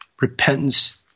repentance